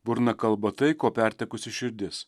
burna kalba tai ko pertekusi širdis